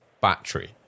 battery